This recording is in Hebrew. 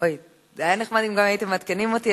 אין מתנגדים ואין נמנעים.